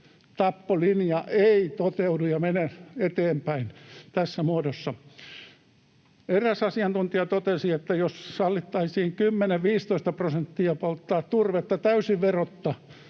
tappolinja ei toteudu ja mene eteenpäin tässä muodossa. Eräs asiantuntija totesi, että jos sallittaisiin 10—15 prosenttia polttaa turvetta täysin verotta,